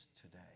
today